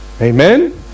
amen